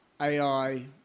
AI